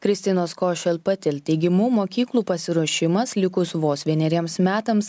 kristinos košel patil teigimu mokyklų pasiruošimas likus vos vieneriems metams